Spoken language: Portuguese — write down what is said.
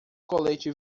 colete